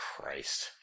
Christ